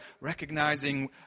Recognizing